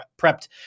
prepped